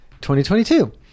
2022